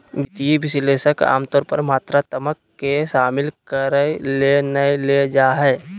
वित्तीय विश्लेषक आमतौर पर मात्रात्मक के शामिल करय ले नै लेल जा हइ